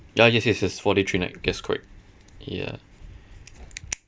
ya yes yes yes four day three night yes correct ya